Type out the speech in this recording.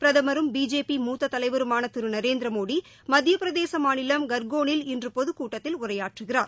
பிரதமரும் பிஜேபி மூத்த தலைவருமான திரு நரேந்திர மோடி மத்தியப்பிரதேச மாநிலம் ஹர்கோனில் இன்று பொதுக்கூட்டத்தில் உரையாற்றுகிறார்